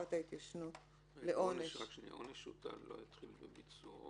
תקופת ההתיישנות לעונש: "עונש שהוטל לא יתחילו בביצועו